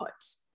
inputs